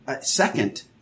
second